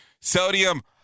sodium